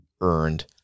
earned